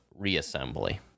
reassembly